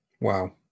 Wow